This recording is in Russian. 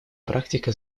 практика